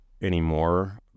anymore